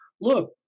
look